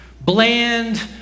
bland